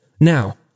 Now